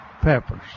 peppers